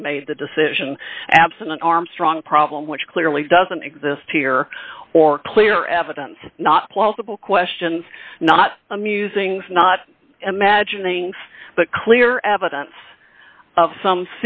it made the decision absent an armstrong problem which clearly doesn't exist here or clear evidence not plausible questions not a musings not imaginings but clear evidence of some